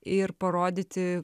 ir parodyti